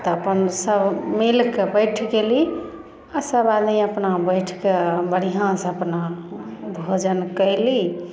तऽ अपन सब मीलिके बैठ गेली आ सब आदमी अपना बैठके बढ़िऑं सऽ अपन भोजन कयली